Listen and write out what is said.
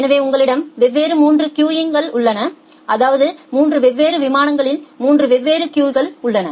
எனவே உங்களிடம் வெவ்வேறு 3 கியூகள் உள்ளன அதாவது 3 வெவ்வேறு விமானங்களின் 3 வெவ்வேறு கியூகள் உள்ளன